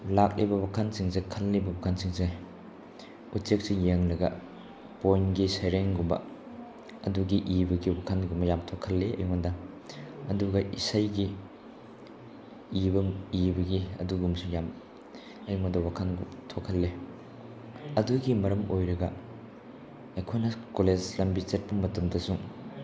ꯂꯥꯛꯂꯤꯕ ꯋꯥꯈꯜꯁꯤꯡꯁꯦ ꯈꯜꯂꯤꯕ ꯋꯥꯈꯜꯁꯤꯡꯁꯦ ꯎꯆꯦꯛꯁꯤ ꯌꯦꯡꯂꯒ ꯄꯣꯏꯝꯒꯤ ꯁꯩꯔꯦꯡꯒꯨꯝꯕ ꯑꯗꯨꯒꯤ ꯏꯕꯒꯤ ꯋꯥꯈꯜꯒꯨꯝꯕ ꯌꯥꯝ ꯊꯣꯛꯍꯜꯂꯤ ꯑꯩꯉꯣꯟꯗ ꯑꯗꯨꯒ ꯏꯁꯩꯒꯤ ꯏꯕꯒꯤ ꯑꯗꯨꯒꯨꯝꯕꯁꯨ ꯌꯥꯝ ꯑꯩꯉꯣꯟꯗ ꯋꯥꯈꯜ ꯊꯣꯛꯍꯜꯂꯤ ꯑꯗꯨꯒꯤ ꯃꯔꯝ ꯑꯣꯏꯔꯒ ꯑꯩꯈꯣꯏꯅ ꯀꯣꯂꯦꯖ ꯂꯝꯕꯤ ꯆꯠꯄ ꯃꯇꯝꯗꯁꯨ